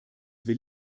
will